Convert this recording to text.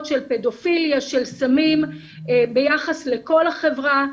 של פדופיליה ושל סמים ביחס לכל החברה,